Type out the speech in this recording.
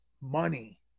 Money